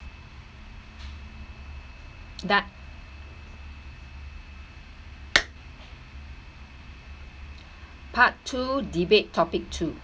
part part two debate topic too